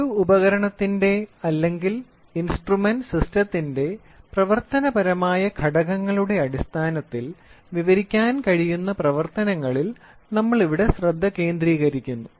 ഒരു ഉപകരണത്തിന്റെ അല്ലെങ്കിൽ ഇൻസ്ട്രുമെന്റ് സിസ്റ്റത്തിന്റെ പ്രവർത്തനപരമായ ഘടകങ്ങളുടെ അടിസ്ഥാനത്തിൽ വിവരിക്കാൻ കഴിയുന്ന പ്രവർത്തനങ്ങളിൽ നമ്മൾ ഇവിടെ ശ്രദ്ധ കേന്ദ്രീകരിക്കുന്നു